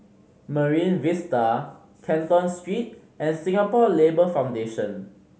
Marine Vista Canton Street and Singapore Labour Foundation